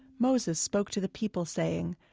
moses spoke to the people, saying,